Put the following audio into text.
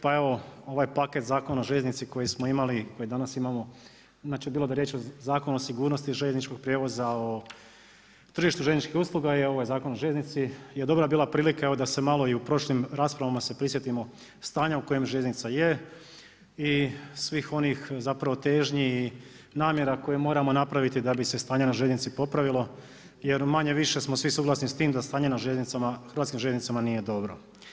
Pa evo ovaj paket Zakona o željeznici koji smo imali, koji danas imamo, inače bilo da je riječ o Zakonu o sigurnosti željezničkog prijevoza, o tržištu željezničkih usluga je ovaj Zakon o željeznici je dobra bila prilika evo da se malo, i u prošlim raspravama se prisjetimo stanja u kojim željeznica je i svih onih zapravo težnji i namjera koje moramo napraviti da bi se stanje na željeznici popravilo jer manje-više smo svi suglasni s time da stanje na željeznicama, hrvatskim željeznicama nije dobro.